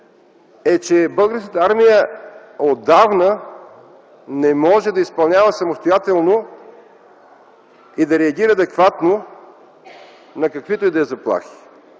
- че Българската армия отдавна не може да изпълнява самостоятелно и да реагира адекватно на каквито и да са заплахи.